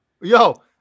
Yo